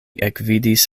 ekvidis